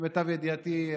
למיטב ידיעתי,